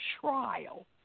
trial